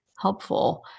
Helpful